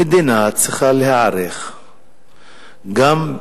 המדינה צריכה להיערך גם,